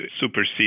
supersede